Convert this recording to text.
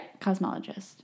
cosmologist